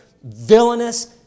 villainous